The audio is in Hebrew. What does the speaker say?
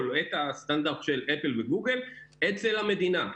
או את הסטנדרט של אפל וגוגל אצל המדינה.